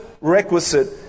requisite